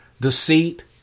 deceit